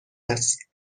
است